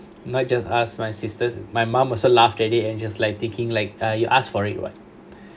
not just asked my sisters my mom also laughed at it and just like taking like uh you asked for it [what]